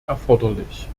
erforderlich